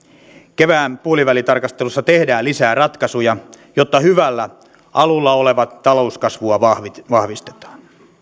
kevään puolivälitarkastelussa tehdään lisää ratkaisuja jotta hyvällä alulla olevaa talouskasvua vahvistetaan